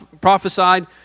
prophesied